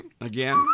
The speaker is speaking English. again